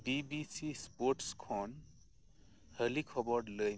B B C sports ᱠᱷᱚᱱ ᱦᱟᱹᱞᱤ ᱠᱷᱚᱵᱚᱨ ᱞᱟᱹᱭ ᱢᱮ